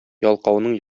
ялкауның